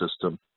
system